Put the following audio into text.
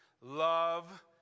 love